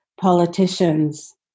politicians